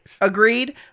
Agreed